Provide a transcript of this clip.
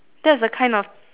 that's the kind of